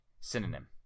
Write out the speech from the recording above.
synonym